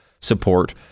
support